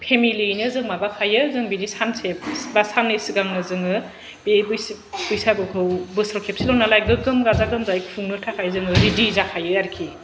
family यैनो जों माबा माबायो जों बिदि सानसे बा साननै सिगांनो जोङो बे बैसो बैसागुखौ बोसोराव खेबसेल' नालाय गोगोम गाजा गोमजायै खुंनो थाखाय जोङो रेदि जाखायो आरखि